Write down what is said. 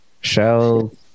shells